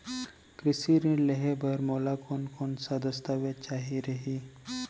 कृषि ऋण लेहे बर मोला कोन कोन स दस्तावेज चाही रही?